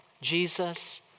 Jesus